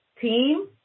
team